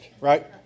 right